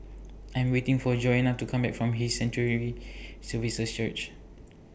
I Am waiting For Joanna to Come Back from His Sanctuary Services Church